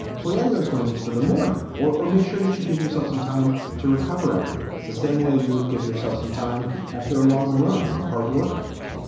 plan those moments for the morning, or or make sure that you give yourself some time to recover afterwards, the same way you would give yourself some time after a long run or a hard workout.